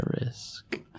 risk